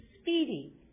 speedy